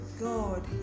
God